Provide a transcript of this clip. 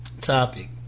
topic